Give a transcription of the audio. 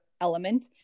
Element